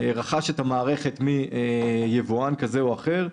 שרכש את המערכת מיבואן כזה או אחר,